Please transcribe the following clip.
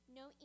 no